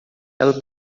ela